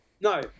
No